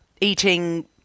eating